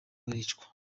baricwa